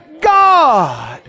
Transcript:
God